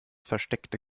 versteckte